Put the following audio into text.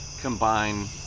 combine